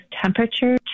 temperature